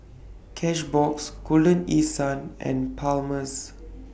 Cashbox Golden East Sun and Palmer's